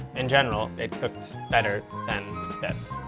in general, it cooked better than this,